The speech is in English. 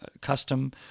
custom